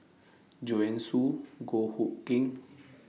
Joanne Soo Goh Hood Keng